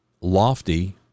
lofty